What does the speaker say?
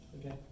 Okay